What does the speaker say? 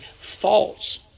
false